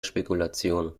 spekulation